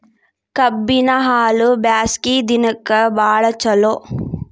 ಕಬ್ಬಿನ ಹಾಲು ಬ್ಯಾಸ್ಗಿ ದಿನಕ ಬಾಳ ಚಲೋ